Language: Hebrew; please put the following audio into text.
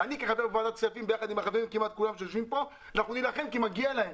אני כחבר בוועדת הכספים ביחד עם החברים שיושבים פה נילחם כי מגיע להם,